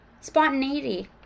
spontaneity